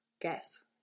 guess